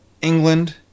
England